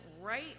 right